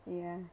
ya